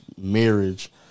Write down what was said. marriage